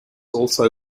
also